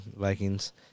Vikings